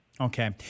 Okay